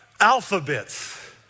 Alphabets